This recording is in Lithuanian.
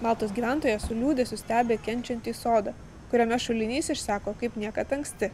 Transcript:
maltos gyventoja su liūdesiu stebi kenčiantį sodą kuriame šulinys išseko kaip niekad anksti